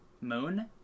Moon